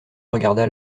regarda